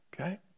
okay